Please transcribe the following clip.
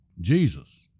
Jesus